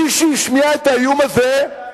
מי שהשמיע את האיום הזה,